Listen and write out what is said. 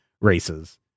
races